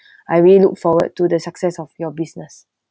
I really look forward to the success of your business